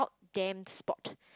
damn sport